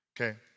okay